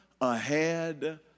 ahead